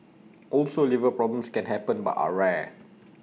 also liver problems can happen but are rare